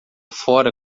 fora